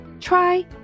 Try